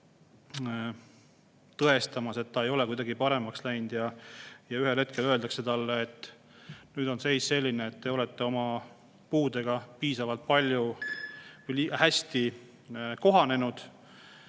ajas vabaneda, ei ole kuidagi paremaks läinud. Ja ühel hetkel öeldakse talle, et nüüd on seis selline, et te olete oma puudega piisavalt hästi kohanenud